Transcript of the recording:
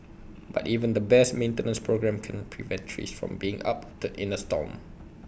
but even the best maintenance programme can't prevent trees from being uprooted in A storm